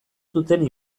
zuten